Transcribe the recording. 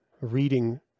reading